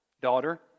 Daughter